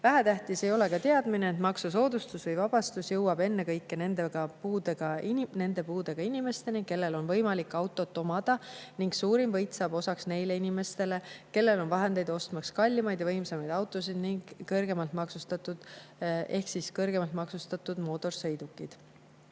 Vähetähtis ei ole ka teadmine, et maksusoodustus või -vabastus jõuab ennekõike nende puudega inimesteni, kellel on võimalik autot omada, ning suurim võit saab osaks neile inimestele, kellel on vahendeid, ostmaks kallimaid ja võimsamaid autosid ehk siis kõrgemalt maksustatud mootorsõidukeid.